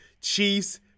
Chiefs